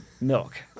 Milk